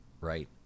right